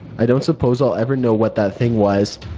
i don't suppose i'll ever know what that thing was.